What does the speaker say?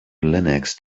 linux